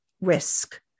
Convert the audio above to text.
risk